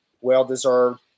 Well-deserved